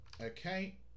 Okay